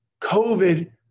COVID